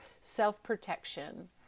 self-protection